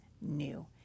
new